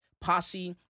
posse